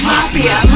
Mafia